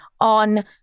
on